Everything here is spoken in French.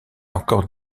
encore